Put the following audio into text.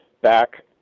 back